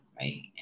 right